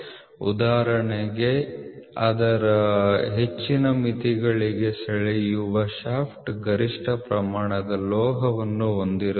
ಉದಾಹರಣೆಗೆ ಅದರ ಹೆಚ್ಚಿನ ಮಿತಿಗಳಿಗೆ ಅಳೆಯುವ ಶಾಫ್ಟ್ ಗರಿಷ್ಠ ಪ್ರಮಾಣದ ಲೋಹವನ್ನು ಹೊಂದಿರುತ್ತದೆ